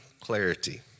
clarity